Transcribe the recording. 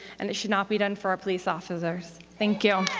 and it should not be done for our police officers. thank you.